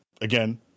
again